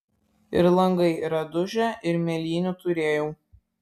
ir langai yra dužę ir mėlynių turėjau